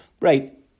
right